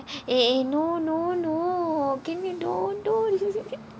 eh eh no no no can you don't don't